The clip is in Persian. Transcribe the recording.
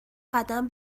قدم